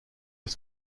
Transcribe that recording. eus